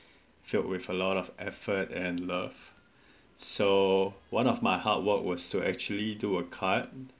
should a lot of effort and love so one of my hard work was to actually do a card